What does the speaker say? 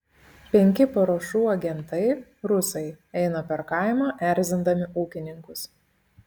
penki paruošų agentai rusai eina per kaimą erzindami ūkininkus